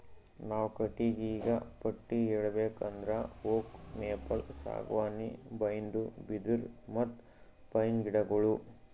ನಾವ್ ಕಟ್ಟಿಗಿಗಾ ಪಟ್ಟಿ ಹೇಳ್ಬೇಕ್ ಅಂದ್ರ ಓಕ್, ಮೇಪಲ್, ಸಾಗುವಾನಿ, ಬೈನ್ದು, ಬಿದಿರ್, ಮತ್ತ್ ಪೈನ್ ಗಿಡಗೋಳು